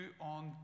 on